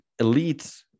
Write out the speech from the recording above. elites